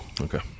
Okay